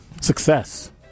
Success